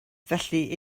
felly